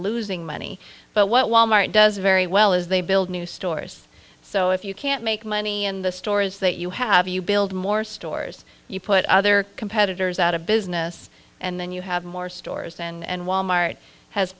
losing money but what wal mart does very well as they build new stores so if you can't make money in the stores that you have you build more stores you put other competitors out of business and then you have more stores and wal mart has